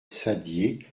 saddier